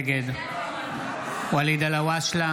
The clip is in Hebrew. נגד ואליד אלהואשלה,